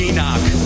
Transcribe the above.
Enoch